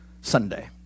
Sunday